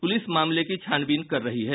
police मामले की छानबीन कर रही है